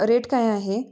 rate काय आहे